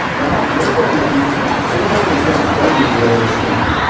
now, later in the piece beethoven is going to bend the viola's theme.